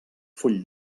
full